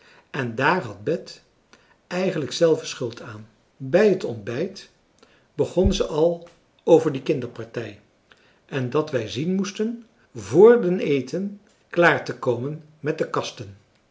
en daar had bet eigenlijk zelve schuld aan bij het ontbijt begon zij al over die kinderpartij en dat wij zien moesten vr den eten klaar te komen met de kasten